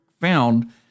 found